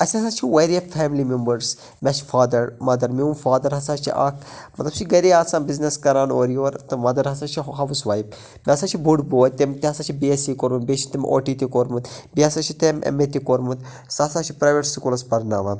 اَسہِ ہسا چھِ وارِیاہ فیملی میمبٲرٕس مےٚ چھِ فادر مدر میون فادر ہَسا چھِ اکھ مطلب سُہ چھُ گرے آسان بِزنِس کَران اورٕ یور تہٕ مدر ہَسا چھِ ہُہ ہاوُس وایِف مےٚ ہَسا چھُ بوٚڑ بوے تمۍ تہِ ہسا چھِ بی اٮ۪س سی کوٚرمُت بیٚیہِ چھِ تمۍ اوٹی تہِ کوٚرمُت بیٚیہِ ہسا چھِ تمۍ اٮ۪م اے تہِ کوٚرمُت سُہ سا چھُ پراویٹ سُکوٗلس پرناوان